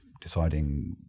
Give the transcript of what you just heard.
deciding